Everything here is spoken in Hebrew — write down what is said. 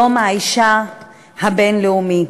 יום האישה הבין-לאומי.